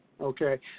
Okay